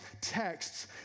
texts